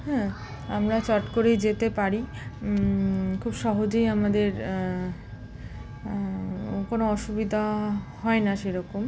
হ্যাঁ আমরা চট করেই যেতে পারি খুব সহজেই আমাদের কোনো অসুবিধা হয় না সেরকম